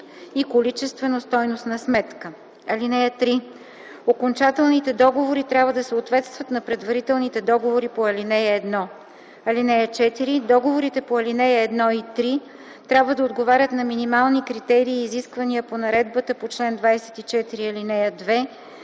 и количествена стойностна сметка. (3) Окончателните договори трябва да съответстват на предварителните договори по ал. 1. (4) Договорите по алинеи 1 и 3 трябва да отговарят на минимални критерии и изисквания по наредбата по чл. 24, ал. 2